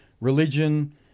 religion